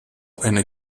eine